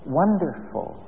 wonderful